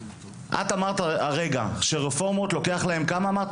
את אמרת כרגע שלרפורמות לוקח, כמה זמן אמרת?